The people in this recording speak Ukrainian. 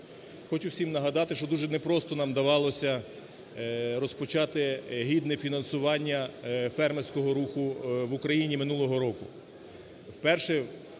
Хочу всім нагадати, що дуже непросто нам вдавалося розпочати гідне фінансування фермерського руху в Україні минулого року.